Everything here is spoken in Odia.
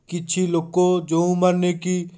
କିଛି ଲୋକ ଯେଉଁମାନେକି